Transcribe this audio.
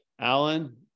Alan